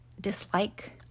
dislike